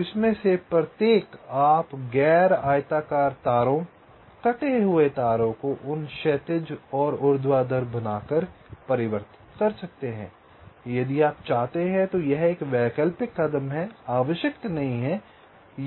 तो इसमें से प्रत्येक आप गैर आयताकार तारों कटे हुए तारों को उन्हें क्षैतिज और ऊर्ध्वाधर बनाकर परिवर्तित कर सकते हैं यदि आप चाहते हैं तो यह एक वैकल्पिक कदम है आवश्यक नहीं है